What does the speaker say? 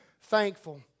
thankful